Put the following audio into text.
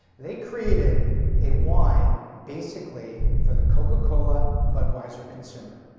they created a wine, basically, for the coca cola, budweiser consumer.